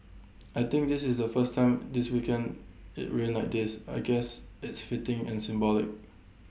I think this is the first time this weekend IT rained like this I guess it's fitting and symbolic